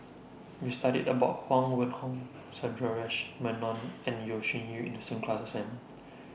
We studied about Huang Wenhong Sundaresh Menon and Yeo Shih Yun in The class assignment